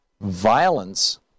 Violence